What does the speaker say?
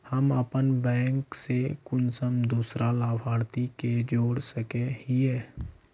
हम अपन बैंक से कुंसम दूसरा लाभारती के जोड़ सके हिय?